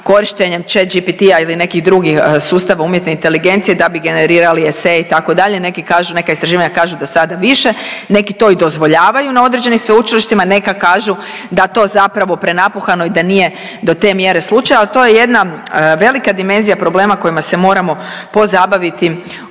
korištenjem Chat GPT-a ili nekih drugih sustava umjetne inteligencije da bi generirali esej itd., neki kažu, neka istraživanja kažu da sada više, neki to i dozvoljavaju na određenim sveučilištima, neka kažu da je to zapravo prenapuhano i da nije do te mjere slučaj, ali to je jedna velika dimenzija problema kojima se moramo pozabaviti u